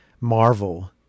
marvel